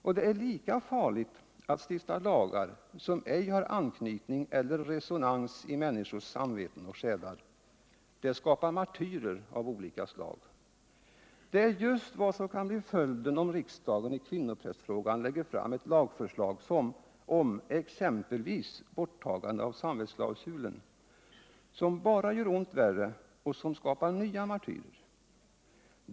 Och det är lika farligt att stifta lagar som ej har resonans i människornas samveten och själar. Det skapar martyrer av olika slag. Dei är just vad som kan bli följden om riksdagen i kvinnoprästfrågan lägger fram ctt lagförslag om exempelvis borttagande av samvetsklausulen, som bara gör ont värre och som skapar nya martyrer.